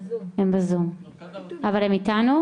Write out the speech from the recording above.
אני רוצה להצטרף